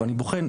ואני בוחן,